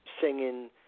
singing